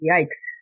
Yikes